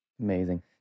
Amazing